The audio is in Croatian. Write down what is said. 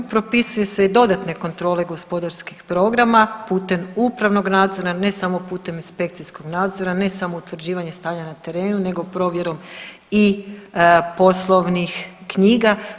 Propisuju se i dodatne kontrole gospodarskih programa putem upravnog nadzora, ne samo putem inspekcijskog nadzora, ne samo utvrđivanja stanja na terenu nego provjerom i poslovnih knjiga.